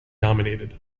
dominated